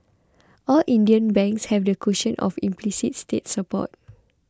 all Indian banks have the cushion of implicit state support